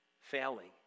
failing